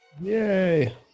Yay